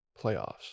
playoffs